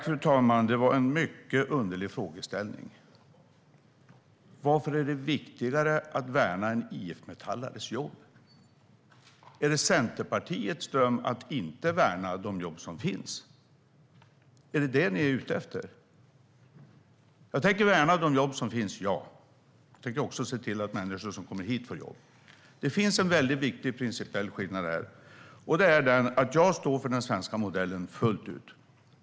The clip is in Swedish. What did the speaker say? Fru talman! Det var en mycket underlig frågeställning. "Varför är det viktigare att värna en IF Metall:ares jobb?" Är det Centerpartiets dröm att inte värna de jobb som finns? Är det det ni är ute efter? Jag tänker värna de jobb som finns, ja. Jag tänker också se till att människor som kommer hit får jobb. Det finns en viktig principiell skillnad här, och det är att jag står för den svenska modellen fullt ut.